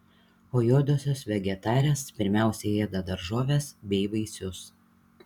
o juodosios vegetarės pirmiausia ėda daržoves bei vaisius